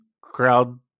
crowd